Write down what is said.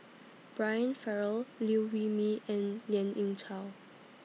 Brian Farrell Liew Wee Mee and Lien Ying Chow